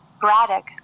Braddock